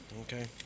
Okay